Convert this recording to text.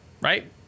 right